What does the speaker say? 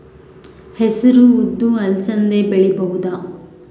ಹೆಸರು ಉದ್ದು ಅಲಸಂದೆ ಬೆಳೆಯಬಹುದಾ?